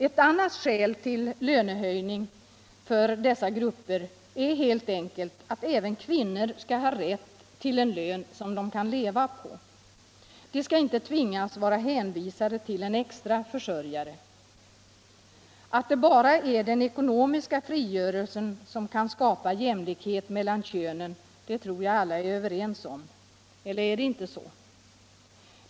Ett annat skäl till lönehöjning för dessa grupper är helt enkelt att även kvinnor skall ha rätt till en lön som de kan leva på: de skall inte vara hänvisade till en extra försörjare. Att det bara är den ekonomiska frigörelsen som kan skapa jämlikhet mellan könen tror jag alla är överens om. Eller är det inte så?